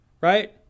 Right